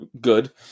Good